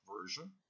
version